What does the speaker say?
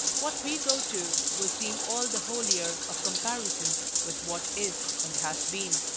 what we go to will seem all the holier of comparison with what is and has been.